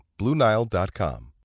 BlueNile.com